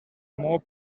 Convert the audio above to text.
more